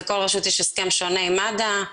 לכל רשות יש הסכם שונה עם מד"א,